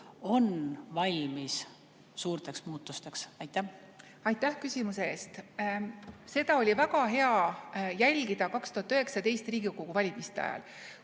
on valmis suurteks muutusteks? Aitäh küsimuse eest! Seda oli väga hea jälgida 2019 Riigikogu valimiste ajal,